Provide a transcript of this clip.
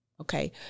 okay